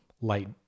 light